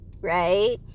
right